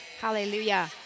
Hallelujah